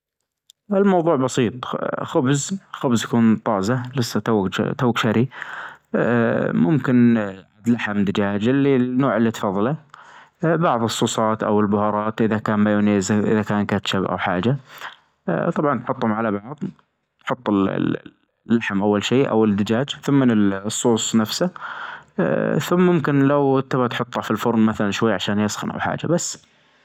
الموضوع بسيط خبز خبز يكون طازة لسا توك توك شاري ممكن عاد لحم دجاج اللي النوع اللي تفظله بعظ الصوصات او البهارات اذا كان مايونيز اذا كان كاتشاب او حاجة طبعا تحطهم على بعظ تحط اللحم اول شيء او الدجاج ثمن الصوص نفسه ثم ممكن لو تبغى تحطها في الفرن مثلا شوي عشان يسخن او حاجة بس.